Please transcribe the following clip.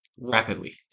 rapidly